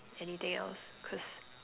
anything else cause